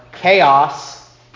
chaos